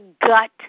gut